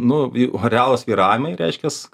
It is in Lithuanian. nu jų arealo svyravimai reiškias